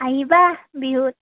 আহিবা বিহুত